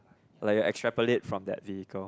like you extrapolate from that vehicle